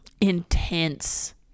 intense